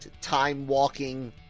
time-walking